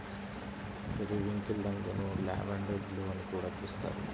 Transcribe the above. periwinkle రంగును lavender blue అని కూడా పిలుస్తారు